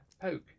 poke